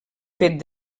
fet